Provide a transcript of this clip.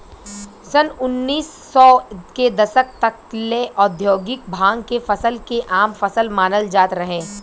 सन उनऽइस सौ के दशक तक ले औधोगिक भांग के फसल के आम फसल मानल जात रहे